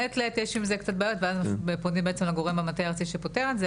מעת לעת יש עם קצת בעיות ואז פונים בעצם לגורם במטה הארצי שפותר את זה,